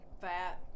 fat